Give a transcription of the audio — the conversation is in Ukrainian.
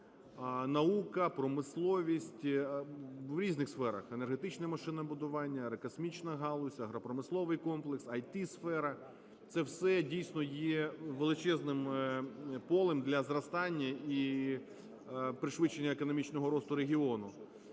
наука, промисловість, в різних сферах, енергетичне машинобудування, аерокосмічна галузь, агропромисловий комплекс, ІТ-сфера. Це все, дійсно, є величезним полем для зростання і пришвидшення економічного росту регіону.